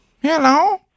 Hello